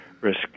risk